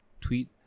tweet